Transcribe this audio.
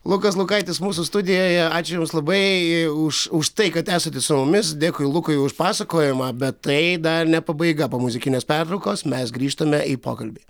lukas lukaitis mūsų studijoje ačiū jums labai už už tai kad esate su mumis dėkui lukui už pasakojimą bet tai dar ne pabaiga po muzikinės pertraukos mes grįžtame į pokalbį